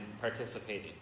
participating